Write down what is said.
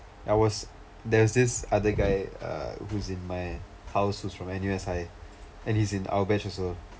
I was there was this other guy uh who's in my house who's from N_U_S high and he's in our batch also